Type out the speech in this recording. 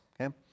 Okay